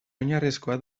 oinarrizkoa